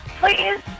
please